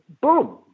boom